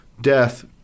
death